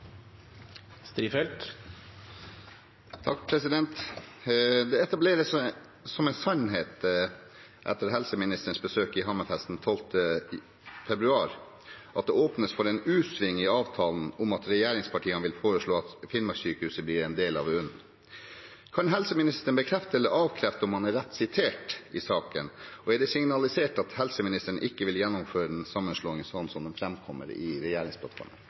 etableres som en «sannhet» etter helseministerens besøk i Hammerfest den 12. februar at det åpnes for en u-sving i avtalen om at regjeringspartiene vil foreslå at Finnmarkssykehuset blir en del av Universitetssykehuset Nord-Norge. Kan statsråden bekrefte eller avkrefte om han er rett sitert i saken, og er det signalisert at statsråden ikke vil gjennomføre denne sammenslåingen slik den fremkommer i